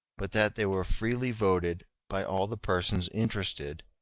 but that they were freely voted by all the persons interested,